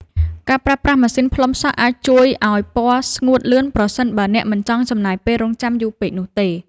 ការប្រើប្រាស់ម៉ាស៊ីនផ្លុំសក់អាចជួយឱ្យពណ៌ស្ងួតលឿនប្រសិនបើអ្នកមិនចង់ចំណាយពេលរង់ចាំយូរពេកនោះទេ។